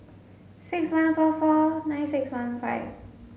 six one four four nine six one five